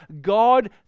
God